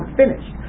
finished